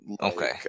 Okay